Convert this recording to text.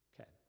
Okay